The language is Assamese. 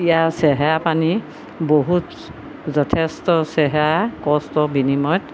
ইয়াৰ চেহেৰা পানী বহুত যথেষ্ট চেহেৰা কষ্টৰ বিনিময়ত